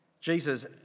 Jesus